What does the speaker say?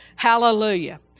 Hallelujah